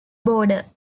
border